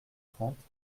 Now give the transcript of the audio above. trente